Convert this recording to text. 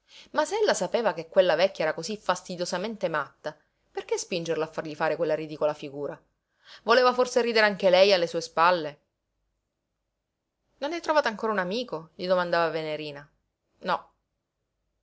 ma se ella sapeva che quella vecchia era cosí fastidiosamente matta perché spingerlo a fargli fare quella ridicola figura voleva forse ridere anche lei alle sue spalle non hai trovato ancora un amico gli domandava venerina no